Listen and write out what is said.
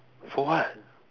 for what